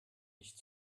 nicht